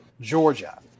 Georgia